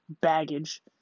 baggage